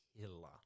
killer